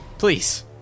Please